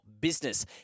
business